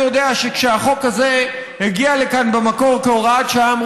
אני יודע שכשהחוק הזה הגיע לכאן במקור כהוראת שעה,